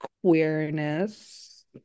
queerness